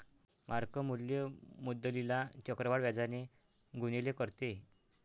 mark मूल्य मुद्दलीला चक्रवाढ व्याजाने गुणिले करते